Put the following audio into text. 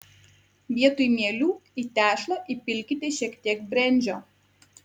vietoj mielių į tešlą įpilkite šiek tiek brendžio